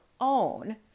own